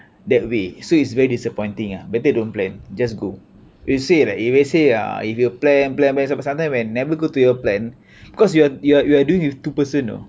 that way so it's very disappointing ah better don't plan just go you say like you will say uh if you plan plan plan but sometime never go to your plan because you are you are you are doing with two person you know